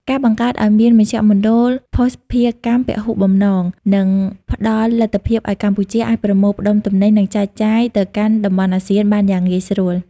ការបង្កើតឱ្យមាន "មជ្ឈមណ្ឌលភស្តុភារកម្មពហុបំណង" នឹងផ្ដល់លទ្ធភាពឱ្យកម្ពុជាអាចប្រមូលផ្តុំទំនិញ និងចែកចាយទៅកាន់តំបន់អាស៊ានបានយ៉ាងងាយស្រួល។